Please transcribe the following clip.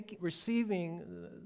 receiving